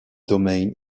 domain